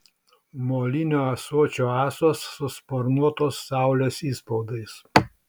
molinio ąsočio ąsos su sparnuotos saulės įspaudais